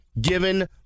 given